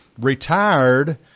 retired